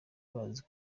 bazi